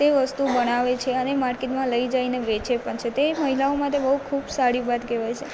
તે વસ્તુ બનાવે છે અને માર્કેટમાં લઈ જઈને વેચે પણ છે તે મહિલાઓ માટે બહુ ખૂબ સારી વાત કહેવાય છે